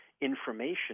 information